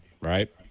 right